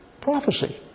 Prophecy